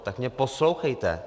Tak mě poslouchejte!